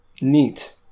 neat